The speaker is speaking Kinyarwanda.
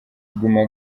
guma